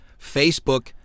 Facebook